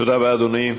תודה רבה, אדוני.